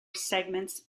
segments